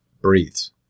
breathes